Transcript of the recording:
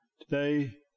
Today